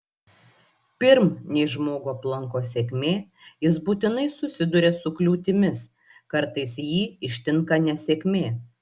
pirm nei žmogų aplanko sėkmė jis būtinai susiduria su kliūtimis kartais jį ištinka nesėkmė